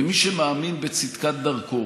ומי שמאמין בצדקת דרכו,